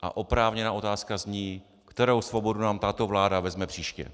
A oprávněná otázka zní, kterou svobodu nám tato vláda vezme příště.